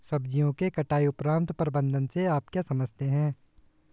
सब्जियों के कटाई उपरांत प्रबंधन से आप क्या समझते हैं?